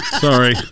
sorry